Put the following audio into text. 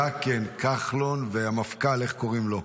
בן זקן, כחלון והמפכ"ל, איך קוראים לו,